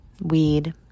weed